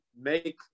make